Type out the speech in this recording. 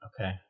okay